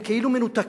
הם כאילו מנותקים.